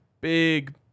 big